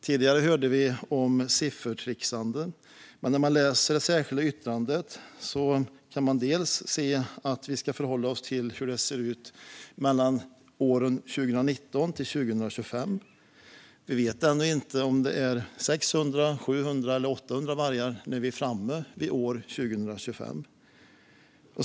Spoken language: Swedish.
Tidigare hörde vi om siffertrixande, men när man läser det särskilda yttrandet kan man bland annat se att vi ska förhålla oss till hur det ser ut 2019-2025. Vi vet ännu inte om det finns 600, 700 eller 800 vargar när vi är framme vid år 2025.